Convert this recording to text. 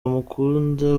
bamukunda